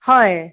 হয়